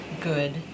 good